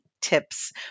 tips